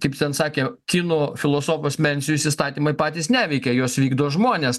kaip ten sakė kinų filosofas mencijus įstatymai patys neveikia juos vykdo žmonės